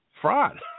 Fraud